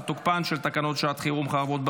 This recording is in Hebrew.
תוקפן של תקנות לשעת חירום (חרבות ברזל)